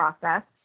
process